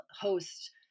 host